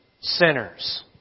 Sinners